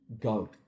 go